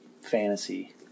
fantasy